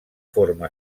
forma